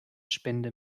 spende